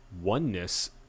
oneness